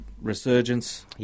resurgence